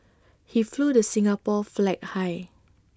he flew the Singapore flag high